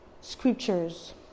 scriptures